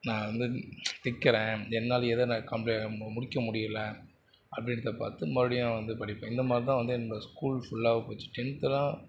நான் வந்து திக்குறேன் என்னால் எதை நான் கம்ப் முடிக்க முடியல அப்படின்றது பார்த்து மறுபடியும் வந்து படிப்பேன் இந்தமாதிரி தான் வந்து என்னோடய ஸ்கூல் ஃபுல்லாகவே போச்சு டென்த்துலாம்